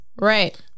Right